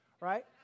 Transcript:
right